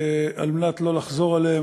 על מנת שלא לחזור עליהם,